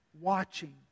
watching